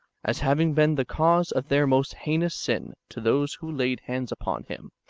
as having been the cause of their most heinous sin to those who laid hands upon him,